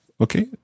Okay